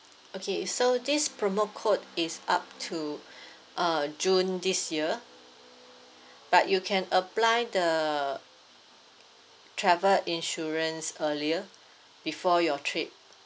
okay so this promo code is up to uh june this year but you can apply the travel insurance earlier before your trip